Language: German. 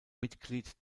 mitglied